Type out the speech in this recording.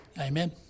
Amen